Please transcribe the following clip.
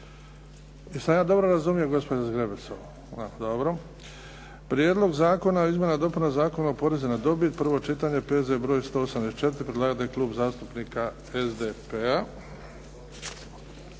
Jesam ja dobro razumio gospođo Zgrebec ovo? Dobro. Prijedlog zakona o izmjenama i dopunama Zakona o porezu na dobiti, prvo čitanje, broj 184. Predlagatelj je Klub zastupnika SDP-a.